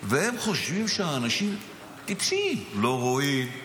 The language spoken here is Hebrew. והם חושבים שאנשים טיפשים, לא רואים,